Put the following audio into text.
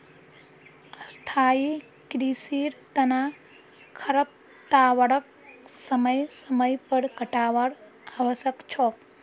स्थाई कृषिर तना खरपतवारक समय समय पर काटवार आवश्यक छोक